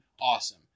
awesome